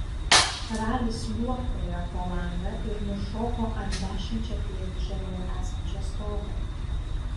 ralis liuoktelėjo pro langą ir nušoko ant dešimčia pėdų žemiau esančio stogo